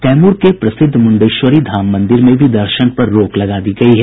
कैमूर के प्रसिद्ध मुंडेश्वरी धाम मंदिर में भी दर्शन पर रोक लगा दी गयी है